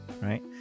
right